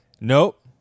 nope